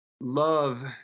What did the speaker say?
love